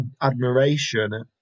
admiration